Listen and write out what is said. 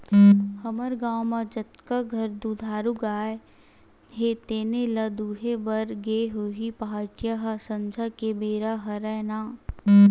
हमर गाँव म जतका घर दुधारू गाय हे तेने ल दुहे बर गे होही पहाटिया ह संझा के बेरा हरय ना